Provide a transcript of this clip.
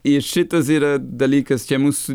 ir šitas yra dalykas čia mūsų